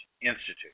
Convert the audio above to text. Institute